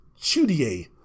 Chudier